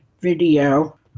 video